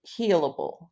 healable